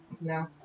No